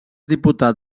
diputat